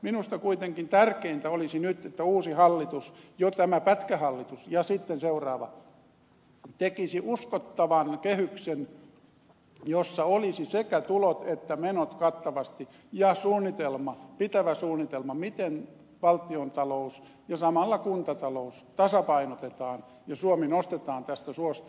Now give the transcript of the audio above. minusta kuitenkin tärkeintä olisi nyt että uusi hallitus jo tämä pätkähallitus ja sitten seuraava tekisi uskottavan kehyksen jossa olisivat sekä tulot että menot kattavasti ja pitävä suunnitelma miten valtiontalous ja samalla kuntatalous tasapainotetaan ja suomi nostetaan tästä suosta